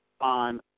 on